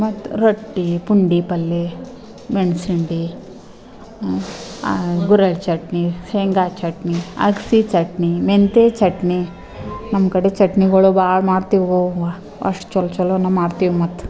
ಮತ್ತು ರೊಟ್ಟಿ ಪುಂಡಿ ಪಲ್ಯ ಮೆಣಸಂಡಿ ಗುರೆಳ್ಳು ಚಟ್ನಿ ಶೇಂಗಾ ಚಟ್ನಿ ಅಗ್ಸೆ ಚಟ್ನಿ ಮೆಂತೆ ಚಟ್ನಿ ನಮ್ಮ ಕಡೆ ಚಟ್ನಿಗಳು ಭಾಳ ಮಾಡ್ತೀವವ್ವ ಅಷ್ಟು ಚೊಲೋ ಚೊಲೋನೇ ಮಾಡ್ತೀವು ಮತ್ತೆ